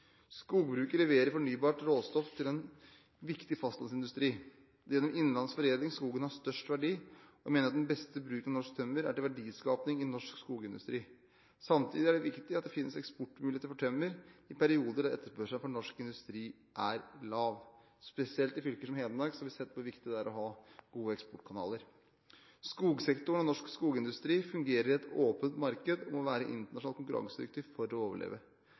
Skogbruket leverer fornybart råstoff til en viktig fastlandsindustri. Det er gjennom innenlands foredling skogen har størst verdi, og jeg mener at den beste bruken av norsk tømmer er til verdiskaping i norsk skogindustri. Samtidig er det viktig at det finnes eksportmuligheter for tømmer i perioder der etterspørselen fra norsk industri er lav. Spesielt i fylker som Hedmark har vi sett hvor viktig det er å ha gode eksportkanaler. Skogsektoren og norsk skogindustri fungerer i et åpent marked og må være internasjonalt konkurransedyktig for å overleve.